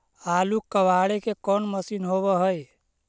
आलू कबाड़े के कोन मशिन होब है?